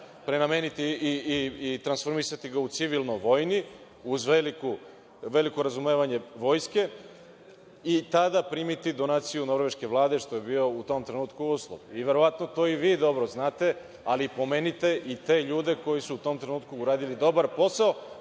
prenameniti i transformisati ga u civilno-vojni, uz veliko razumevanje vojske i tada primiti donaciju norveške Vlade, što je bio u tom trenutku uslov. Verovatno to i vi dobro znate, ali pomenite i te ljude koji su u tom trenutku uradili dobar posao